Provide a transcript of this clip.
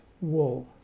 wool